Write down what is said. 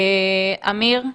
אמיר,